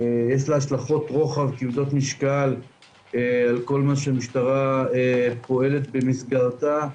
יש לה השלכות רוחב כבדות משקל על כל מה שהמשטרה פועלת במסגרתה.